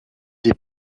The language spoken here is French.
des